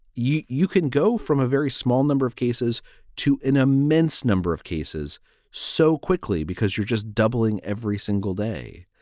you you can go from a very small number of cases to an immense number of cases so quickly because you're just doubling every single day,